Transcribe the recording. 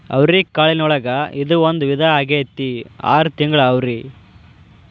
ಅವ್ರಿಕಾಳಿನೊಳಗ ಇದು ಒಂದ ವಿಧಾ ಆಗೆತ್ತಿ ಆರ ತಿಂಗಳ ಅವ್ರಿ